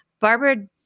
Barbara –